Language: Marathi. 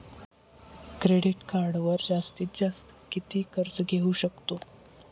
क्रेडिट कार्डवर जास्तीत जास्त किती कर्ज घेऊ शकतो?